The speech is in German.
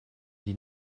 die